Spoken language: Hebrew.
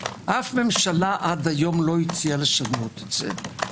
אף ממשלה עד היום לא הציעה לשנות את זה.